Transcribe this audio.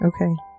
okay